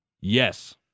Yes